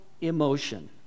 emotion